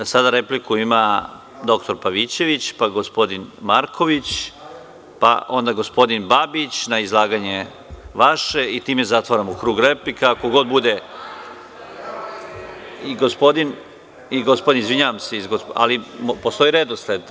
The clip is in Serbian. Sada repliku ima dr Pavićević, pa gospodin Marković, pa onda gospodin Babić na izlaganje vaše i time zatvaramo krug replika. (Marijan Rističević, s mesta: Replika.) Postoji redosled.